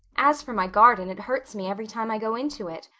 as for my garden, it hurts me every time i go into it.